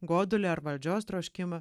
godulį ar valdžios troškimą